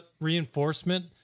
reinforcement